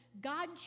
God